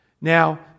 Now